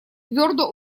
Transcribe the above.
твердо